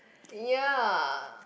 ya